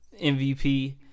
MVP